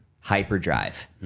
hyperdrive